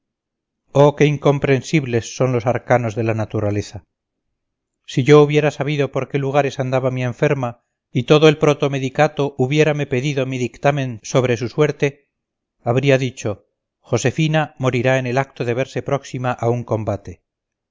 qué incomprensibles son los arcanos de la naturaleza si yo hubiera sabido por qué lugares andaba mi enferma y todo el protomedicato hubiérame pedido mi dictamen sobre su suerte habría dicho josefina morirá en el acto de verse próxima a un combate